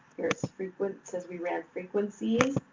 here is frequency says we ran frequencies.